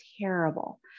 terrible